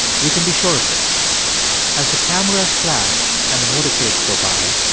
you can be sure of this as the camera's flash and the motorcades go by,